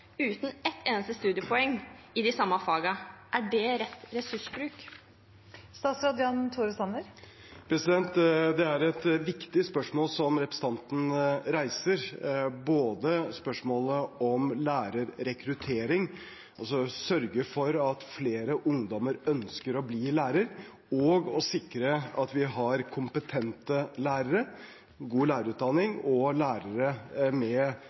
uten ett eneste studiepoeng i de samme fagene? Er det rett ressursbruk? Det er et viktig spørsmål representanten reiser, både spørsmålet om lærerrekruttering, altså sørge for at flere ungdommer ønsker å bli lærer, og å sikre at vi har kompetente lærere, god lærerutdanning og lærere med